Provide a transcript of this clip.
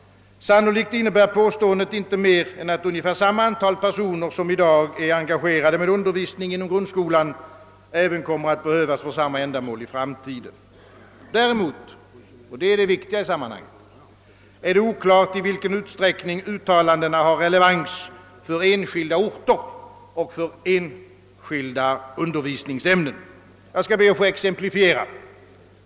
Sannolikt innebär påståendet inte mer än att ungefär lika många personer som i dag är engagerade i undervisningen i grundskolan kommer att behövas för samma ändamål i framtiden. Däremot — och det är det viktiga i sammanhanget — är det oklart i vilken utsträckning uttalandena har relevans för enskilda orter och för enskilda undervisningsämnen. Jag ber att få exemplifiera.